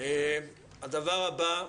הדבר הבא,